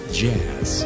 jazz